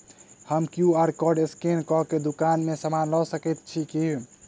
हम QR code scan कऽ केँ दुकान मे समान लऽ सकैत छी की?